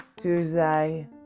Tuesday